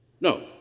No